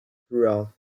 throughout